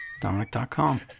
Dominic.com